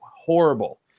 horrible